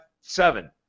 seven